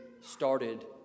started